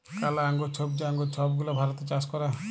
কালা আঙ্গুর, ছইবজা আঙ্গুর ছব গুলা ভারতে চাষ ক্যরে